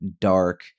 dark